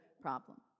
problem